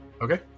Okay